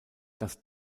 das